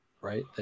right